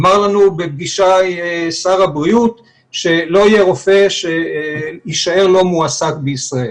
אמר לנו בפגישה שר הבריאות שלא יהיה רופא שיישאר לא מועסק בישראל.